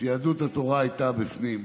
שבה יהדות התורה הייתה בפנים,